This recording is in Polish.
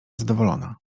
zadowolona